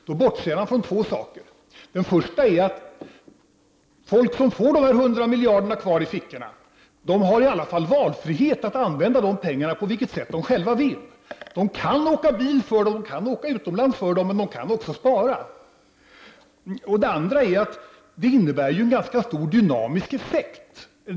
Men då bortser han från två saker: Den första är att folk som får dessa hundra miljarder kvar i fickorna i alla fall har valfrihet att använda pengarna på det sätt som de själva vill. De kan köpa bil eller åka utomlands, men de kan också spara. Den andra är att det innebär en ganska stor dynamisk effekt.